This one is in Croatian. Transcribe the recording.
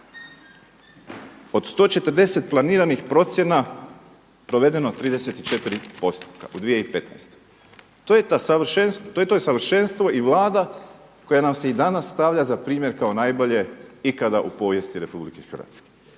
Od 140 planiranih procjena provedeno 34% u 2015. To je to savršenstvo i Vlada koja nam se i danas stavlja za primjer kao najbolje ikada u povijesti RH.